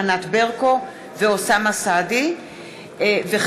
ענת ברקו ואוסאמה סעדי בנושא: